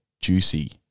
juicy